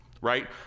right